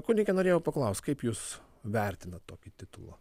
kunige norėjau paklaust kaip jūs vertinat tokį titulą